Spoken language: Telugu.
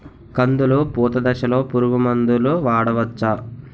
కందులు పూత దశలో పురుగు మందులు వాడవచ్చా?